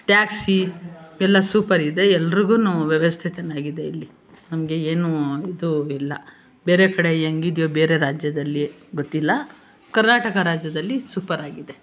taxi ಎಲ್ಲ ಸೂಪರಿದೆ ಎಲ್ರಿಗೂನು ವ್ಯವಸ್ಥೆ ಚೆನ್ನಾಗಿದೆ ಇಲ್ಲಿ ನಮಗೆ ಏನು ಇದು ಇಲ್ಲ ಬೇರೆ ಕಡೆ ಹೇಗಿದ್ಯೋ ಬೇರೆ ರಾಜ್ಯದಲ್ಲಿ ಗೊತ್ತಿಲ್ಲ ಕರ್ನಾಟಕ ರಾಜ್ಯದಲ್ಲಿ ಸೂಪರಾಗಿದೆ